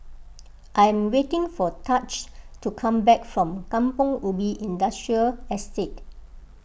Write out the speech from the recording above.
I am waiting for Tahj to come back from Kampong Ubi Industrial Estate